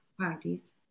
parties